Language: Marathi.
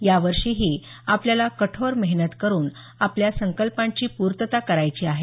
यावर्षीही आपल्याला कठोर मेहनत करून आपल्या संकल्पांची पूर्तता करायची आहे